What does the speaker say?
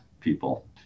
people